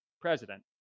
president